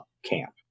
camp